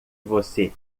você